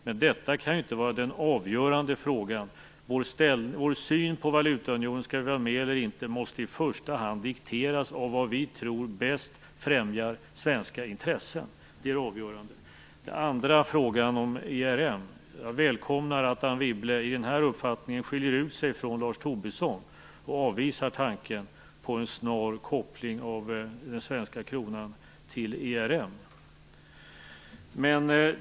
Men detta kan inte vara den avgörande frågan. Vår syn på valutaunionen, om vi skall vara med eller inte, måste i första hand dikteras av vad vi tror bäst främjar svenska intressen. Det är det avgörande. Beträffande frågan om ERM välkomnar jag att Anne Wibbles uppfattning skiljer sig från Lars Tobisson och att hon avvisar tanken på en snar koppling av den svenska kronan till ERM.